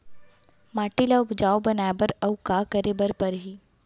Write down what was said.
माटी ल उपजाऊ बनाए बर अऊ का करे बर परही?